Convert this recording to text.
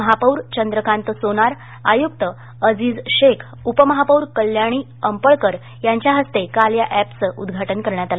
महापौर चंद्रकांत सोनार आयुक्त अजीज शेख उपमहापौर कल्याणीताई अंपळकर यांच्या हस्ते काल या अखि उद्घाटन करण्यात आलं